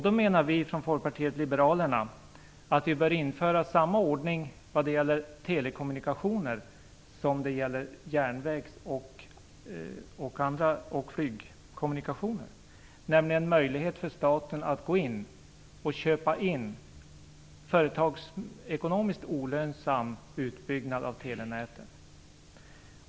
Då menar Folkpartiet liberalerna att vi bör införa samma ordning vad gäller telekommunikationer som vad gäller järnvägs och flygkommunikationer, nämligen möjlighet för staten att köpa in företagsekonomiskt olönsam utbyggnad av telenäten.